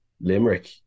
Limerick